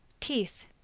teeth.